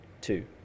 two